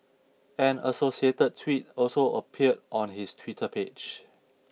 an associated tweet also appeared on his Twitter page